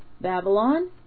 Babylon